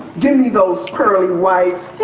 give me those pearly whites. there